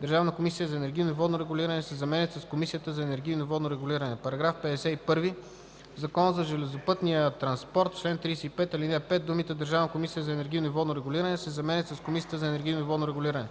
„Държавната комисия за енергийно и водно регулиране” се заменят с „Комисията за енергийно и водно регулиране”. § 51. В Закона за железопътния транспорт (обн., ДВ, бр. …) в чл. 35, ал. 5 думите „Държавната комисия за енергийно и водно регулиране” се заменят с „Комисията за енергийно и водно регулиране”.